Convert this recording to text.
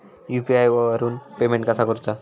UPI वरून payment कसा करूचा?